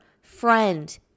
friend